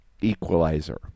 equalizer